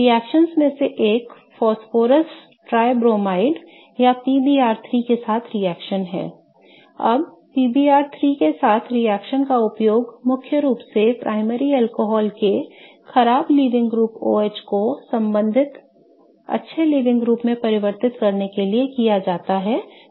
रिएक्शनओं में से एक फॉस्फोरस ट्राइब्रोमाइड या PBr3 के साथ रिएक्शन है अब PBr3 के साथ रिएक्शन का उपयोग मुख्य रूप से प्राथमिक अल्कोहल के खराब लीविंग ग्रुप OH को संबंधित अच्छा लीविंग ग्रुप में परिवर्तित करने के लिए किया जाता है जो ब्रोमाइड है